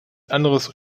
anderes